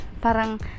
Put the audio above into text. parang